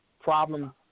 Problem